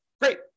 Great